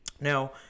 Now